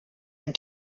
ein